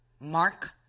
Mark